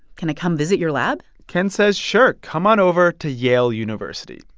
can i come visit your lab? ken says, sure, come on over to yale university.